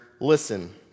listen